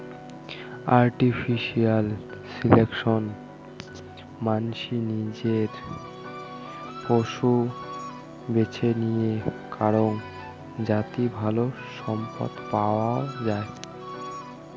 artificial selection মানসি নিজে পশু বেছে নিয়ে করাং যাতি ভালো সম্পদ পাওয়াঙ যাই